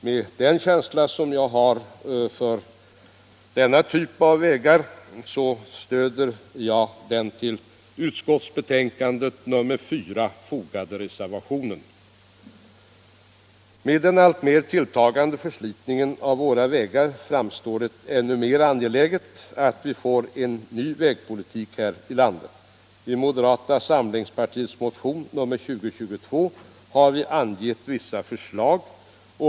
Med den känsla som jag har för denna typ av vägar stöder jag den vid utskottsbetänkandet fogade reservationen 4. Med den alltmer tilltagande förslitningen av våra vägar framstår det som ännu mer angeläget att vi får en ny vägpolitik. I moderata samlingspartiets motion 1975/76:2022 har vi angett vissa förslag.